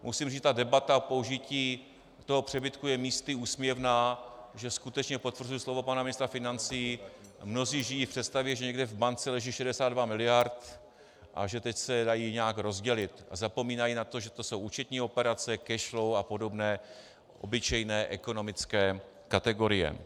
Musím říct, že debata k použití toho přebytku je místy úsměvná, že skutečně potvrzuje slova pana ministra financí mnozí žijí v představě, že někde v bance leží 62 mld. a že teď se dají nějak rozdělit, a zapomínají na to, že to jsou účetní operace, cashflow a podobné obyčejné ekonomické kategorie.